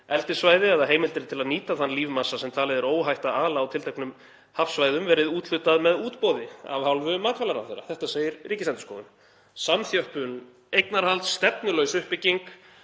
eldissvæðum eða heimildum, til að nýta þann lífmassa sem talið er óhætt að ala á tilteknum hafsvæðum, verið úthlutað með útboði af hálfu matvælaráðherra. Þetta segir Ríkisendurskoðun. Samþjöppun eignarhalds, stefnulaus uppbygging